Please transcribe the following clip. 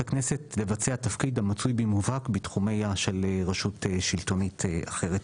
הכנסת לבצע תפקיד המצוי במובהק בתחומיה של רשות שלטונית אחרת.